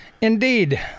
Indeed